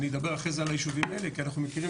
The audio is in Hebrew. אני אדבר אחרי זה על הישובים האלה כי אנחנו מכירים